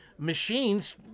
machines